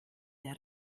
der